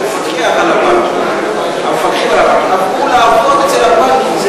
מהרגולטורים שהיו אמורים לפקח על הבנקים עברו לעבוד אצל הבנקים?